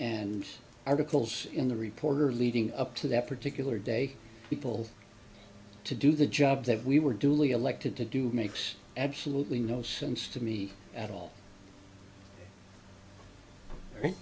and articles in the reporter leading up to that particular day people to do the job that we were duly elected to do makes absolutely no sense to me at all